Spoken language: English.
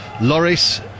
Loris